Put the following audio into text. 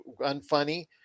unfunny